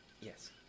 Yes